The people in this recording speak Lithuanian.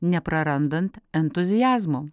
neprarandant entuziazmo